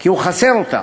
כי הוא חסר אותה,